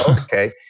okay